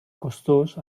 costós